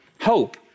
hope